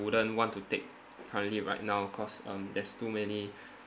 wouldn't want to take currently right now cause um there's too many